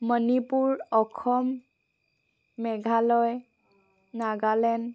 Manipur Assam Meghalaya Nagaland